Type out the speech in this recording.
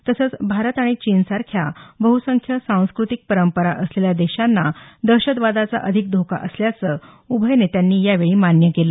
तसंच भारत आणि चीनसारख्या बहुसंख्य सांस्कृतीक परंपरा असलेल्या देशांना दहशतवादाचा अधिक धोका असल्याचं उभय नेत्यांनी यावेळी मान्य केलं